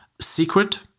secret